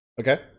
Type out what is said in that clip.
Okay